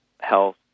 health